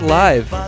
live